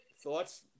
thoughts